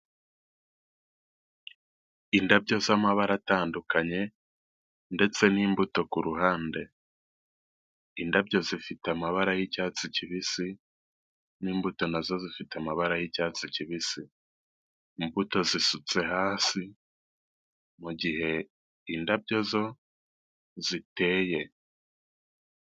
Indabyo z'amabara atandukanye ndetse n'imbuto ku ruhande, indabyo zifite amabara y'icyatsi kibisi, n'imbuto nazo zifite amabara y'icyatsi kibisi, imbuto zisutse hasi mugihe indabyo zo ziteye.